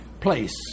place